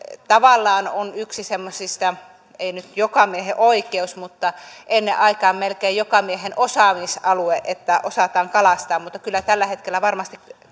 tavallaan on yksi semmoisista ei nyt jokamiehenoikeuksista mutta ennen aikaan melkein jokamiehen osaamisalueista että osataan kalastaa mutta kyllä tällä hetkellä varmasti